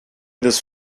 this